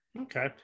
Okay